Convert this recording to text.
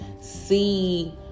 see